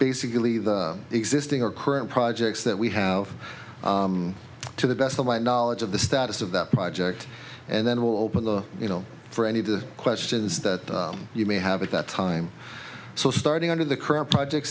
basically the existing or current projects that we have to the best of my knowledge of the status of that project and then we'll open the you know for any of the questions that you may have at that time so starting under the current project